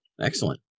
Excellent